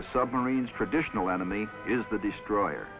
the submarines traditional enemy is the destroyer